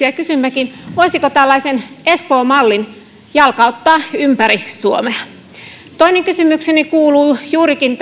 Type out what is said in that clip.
ja kysymmekin voisiko tällaisen espoon mallin jalkauttaa ympäri suomea toinen kysymykseni koskee juurikin